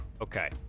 Okay